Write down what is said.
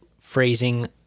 phrasing